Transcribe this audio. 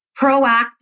proactive